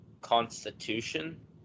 constitution